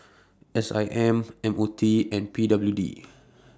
S I M M O T and P W D